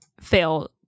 fail